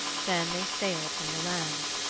then they sailed from the land.